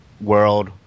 world